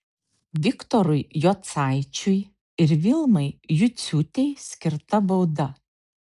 viktorui jocaičiui ir vilmai juciūtei skirta bauda